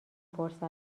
فرصت